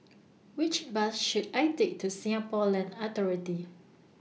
Which Bus should I Take to Singapore Land Authority